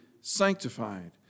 sanctified